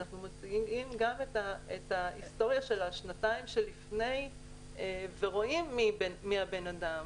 אנחנו מציגים גם את ההיסטוריה של השנתיים שלפני ורואים מי הבן אדם.